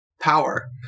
power